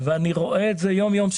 בהם אני רואה את זה יום יום,